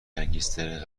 گنگستر